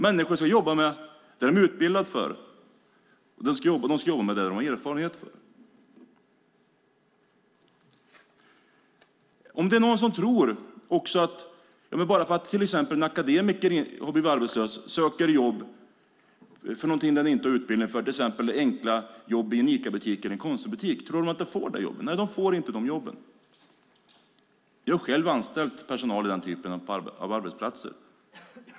Människor ska jobba med det de är utbildade för och det de har erfarenhet av. Om en akademiker som har blivit arbetslös söker ett jobb som han eller hon inte har utbildning för, till exempel enkla jobb i en Ica eller Konsumbutik, tror ni då att de får de jobben? Nej, det får de inte. Jag har själv anställt personal på den typen av arbetsplatser.